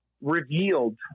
revealed